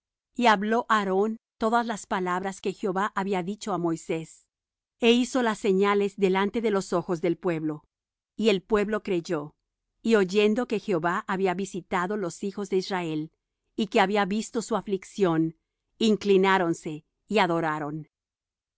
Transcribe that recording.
y habló aarón todas las palabras que jehová había dicho á moisés é hizo las señales delante de los ojos del pueblo y el pueblo creyó y oyendo que jehová había visitado los hijos de israel y que había visto su aflicción inclináronse y adoraron